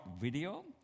video